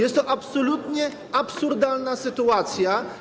Jest to absolutnie absurdalna sytuacja.